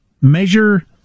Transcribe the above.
measure